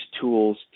tools